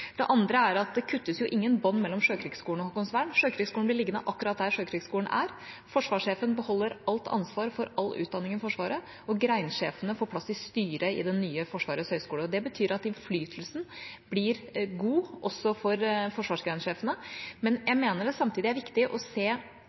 Det andre er at det kuttes ingen bånd mellom Sjøkrigsskolen og Haakonsvern. Sjøkrigsskolen blir liggende akkurat der Sjøkrigsskolen er. Forsvarssjefen beholder alt ansvar for all utdanning i Forsvaret, og grensjefene får plass i styret i den nye Forsvarets høgskole. Det betyr at innflytelsen blir god også for forsvarsgrensjefene. Jeg mener det samtidig er viktig å se